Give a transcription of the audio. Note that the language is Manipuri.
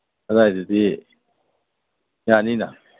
ꯑꯗꯥꯏꯗꯗꯤ ꯌꯥꯅꯤꯅ